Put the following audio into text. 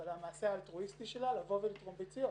ועל המעשה האלטרואיסטי לבוא ולתרום ביציות.